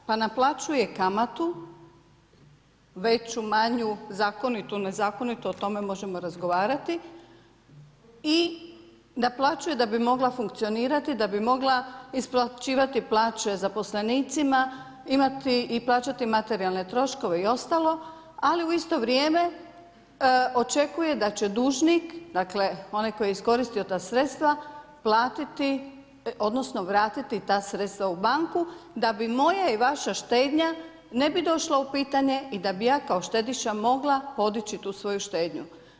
Pa naplaćuje kamatu, veću, manju, zakonitu, nezakonitu, o tome možemo razgovarati i naplaćuje da bi mogla funkcionirati, da bi mogla isplaćivati plaće zaposlenicima, imati i plaćati materijalne troškove i ostalo, ali u isto vrijeme, očekuje da će dužnik, dakle, onaj tko je iskoristio ta sredstva, platiti, odnosno, vratiti ta sredstva u banku, da bi moja i vaša štednja, ne bi došla u pitanje i da bi ja kao štediša mogla podići tu svoju štednju.